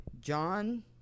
John